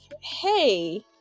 hey